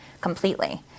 completely